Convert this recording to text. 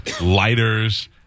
lighters